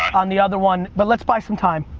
on the other one but let's buy some time.